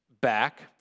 back